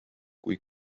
kui